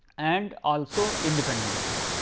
and also independently.